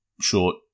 short